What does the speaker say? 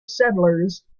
settlers